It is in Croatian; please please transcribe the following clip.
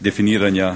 definiranja